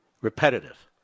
repetitive